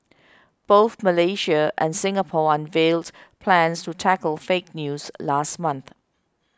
both Malaysia and Singapore unveiled plans to tackle fake news last month